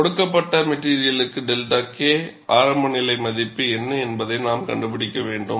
கொடுக்கப்பட்ட மெட்டிரியலுக்கு 𝛅 K ஆரம்ப நிலை மதிப்பு என்ன என்பதை நாம் கண்டுபிடிக்க வேண்டும்